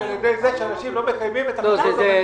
על ידי זה שאנשים לא מקיימים את החלטות הממשלה.